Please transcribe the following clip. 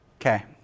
okay